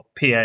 PA